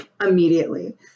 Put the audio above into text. immediately